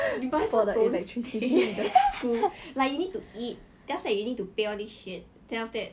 you might as well don't stay in the school like you need to eat then after that you need to pay all these shit then after that